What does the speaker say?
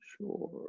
sure